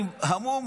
אני המום,